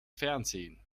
fernsehen